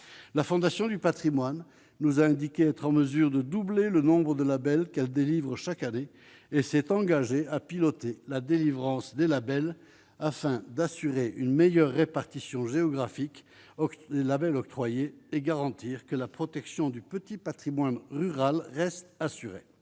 la Fondation du Patrimoine, nous a indiqué être en mesure de doubler le nombre de labels qu'elle délivre chaque année et s'est engagé à piloter la délivrance des labels afin d'assurer une meilleure répartition géographique aucun Label octroyé et garantir que la protection du petit Patrimoine rural reste assurée